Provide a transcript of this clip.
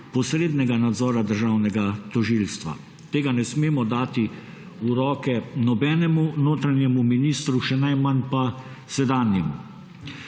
posrednega nadzora državnega tožilstva. Tega ne smemo dati v roke nobenemu notranjemu ministru, še najmanj pa sedanjemu.